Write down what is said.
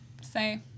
say